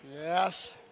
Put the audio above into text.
Yes